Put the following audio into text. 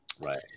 right